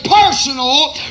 personal